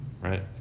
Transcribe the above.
Right